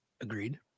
Agreed